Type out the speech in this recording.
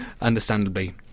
understandably